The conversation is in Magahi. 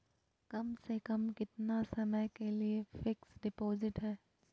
कम से कम कितना समय के लिए फिक्स डिपोजिट है?